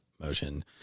motion